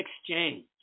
exchange